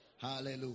Hallelujah